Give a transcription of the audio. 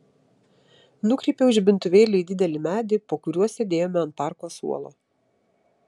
nukreipiau žibintuvėlį į didelį medį po kuriuo sėdėjome ant parko suolo